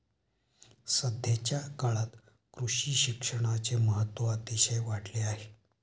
सध्याच्या काळात कृषी शिक्षणाचे महत्त्व अतिशय वाढले आहे